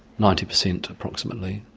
ninety percent approximately,